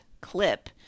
clip